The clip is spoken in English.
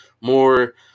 more